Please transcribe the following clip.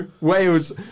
Wales